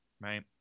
right